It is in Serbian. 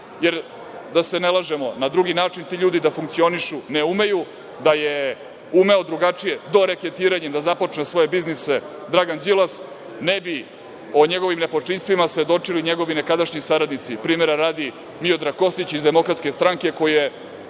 jer da se ne lažemo, na drugi način ti ljudi da funkcionišu ne umeju. Da je umeo drugačije, doreketiranjem da započne svoj biznis Dragan Đilas, ne bi o njegovim nepočinstvima svedočili njegovi nekadašnji saradnici, primera radi Miodrag Kostić iz DS, koji je